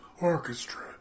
Orchestra